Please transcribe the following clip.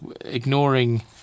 ignoring